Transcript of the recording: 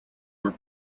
were